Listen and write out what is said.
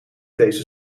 deze